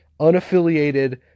unaffiliated